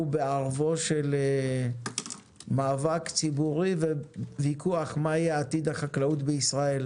אנחנו בערבו של מאבק ציבורי וויכוח מה יהיה עתיד החקלאות בישראל,